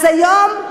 אז היום,